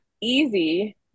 easy